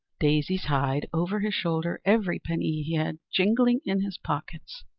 daisy's hide over his shoulder, every penny he had jingling in his pockets.